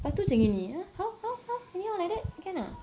pastu macam gini ah how how how anyhow like that can ah